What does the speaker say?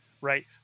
right